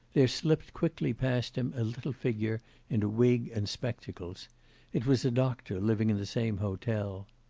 there slipped quickly past him a little figure in a wig and spectacles it was a doctor living in the same hotel.